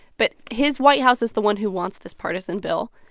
but his white house is the one who wants this partisan bill,